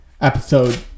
Episode